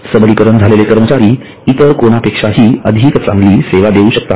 सबलीकरण झालेले कर्मचारी इतर कोणापेक्षाहि अधिक चांगली सेवा देवू शकतात